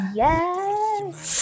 yes